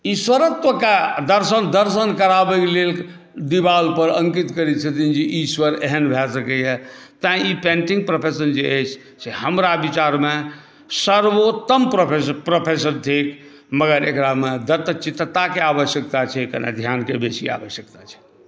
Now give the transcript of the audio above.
ईश्वरत्वकेँ दर्शन कराबयके लेल देवालपर अङ्कित करैत छथिन जे ईश्वर एहन भए सकैए तैँ ई पेन्टिंग प्रोफेशन जे अछि से हमरा विचारमे सर्वोत्तम प्रोफेशन थिक मगर एकरामे दत्तचित्तताके आवश्यकता छै कनि ध्यानके बेसी आवश्यकता छै